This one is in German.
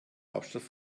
hauptstadt